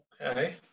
Okay